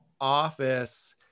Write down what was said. office